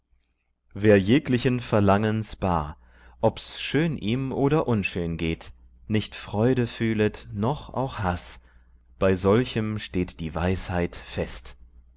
wer jeglichen verlangens bar ob's schön ihm oder unschön geht nicht freude fühlet noch auch haß bei solchem steht die weisheit fest